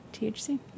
THC